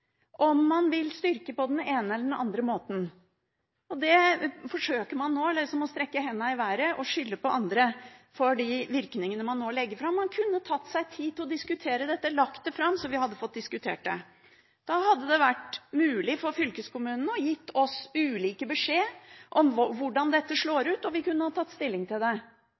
om man vil styrke på den ene eller den andre måten. Så forsøker man nå liksom å strekke henda i været og skylde på andre de virkningene man nå legger fram. Man kunne tatt seg tid til å legge dette fram, så vi kunne fått diskutert det. Da hadde det vært mulig for fylkeskommunene å gi oss beskjed om hvordan dette slår ut, og vi kunne ha tatt stilling til det.